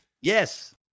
Yes